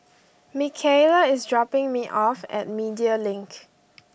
Mikaela is dropping me off at Media Link